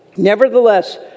Nevertheless